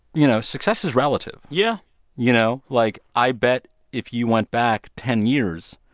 you know, success is relative yeah you know, like, i bet if you went back ten years,